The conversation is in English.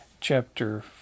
chapter